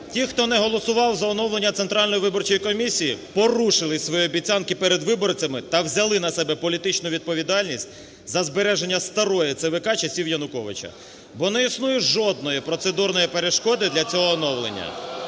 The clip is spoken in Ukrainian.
ті, хто не голосував за оновлення Центральної виборчої комісії, порушили свої обіцянки перед виборцями та взяли на себе політичну відповідальність за збереження старої ЦВК часів Януковича. Бо не існує жодної процедурної перешкоди для цього оновлення.